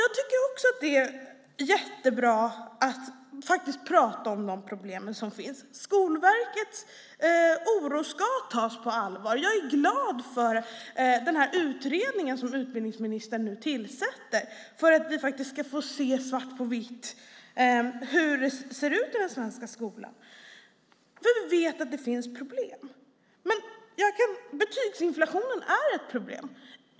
Jag tycker också att det är jättebra att faktiskt prata om de problem som finns. Skolverkets oro ska tas på allvar. Jag är glad för den utredning som utbildningsministern nu tillsätter så att vi ska få se svart på vitt hur det ser ut i den svenska skolan, för vi vet att det finns problem. Betygsinflationen är ett problem.